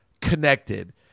connected